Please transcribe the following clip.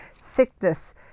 sickness